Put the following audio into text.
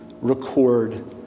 record